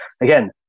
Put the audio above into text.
again